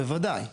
בוודאי.